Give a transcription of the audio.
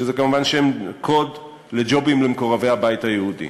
שזה כמובן שם קוד לג'ובים למקורבי הבית היהודי,